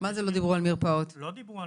דיברו על